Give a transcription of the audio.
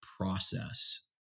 process